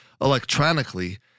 electronically